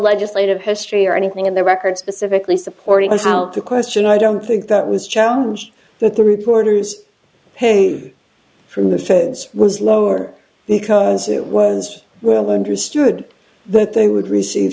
legislative history or anything in the record specifically supporting us out the question i don't think that was challenge that the reporters pay from the feds was lower because it was well understood that they would receive